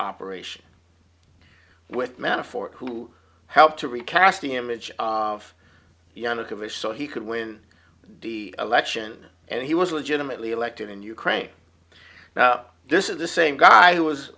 operation with metaphor who helped to recast the image of janowicz so he could win the election and he was legitimately elected in ukraine this is the same guy who was